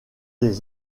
des